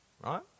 Right